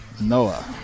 Noah